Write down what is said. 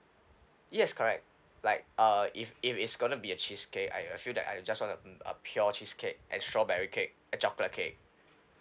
yes correct like uh if if it's going to be a cheesecake I I feel that I just want a a pure cheesecake and strawberry cake and chocolate cake